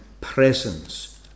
presence